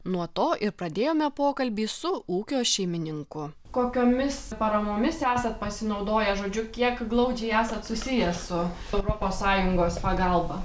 nuo to ir pradėjome pokalbį su ūkio šeimininku kokiomis paramomis esat pasinaudoję žodžiu kiek glaudžiai esat susiję su europos sąjungos pagalba